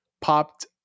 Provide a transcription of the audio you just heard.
popped